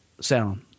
sound